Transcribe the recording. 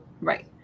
Right